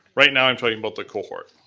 right now, i'm talking about the cohort.